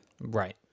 Right